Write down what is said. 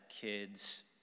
kids